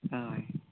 हय